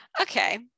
okay